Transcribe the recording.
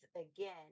again